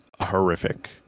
horrific